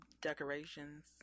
decorations